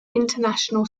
international